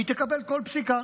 היא תקבל כל פסיקה.